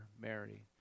Mary